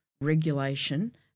regulation